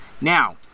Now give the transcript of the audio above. Now